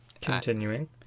continuing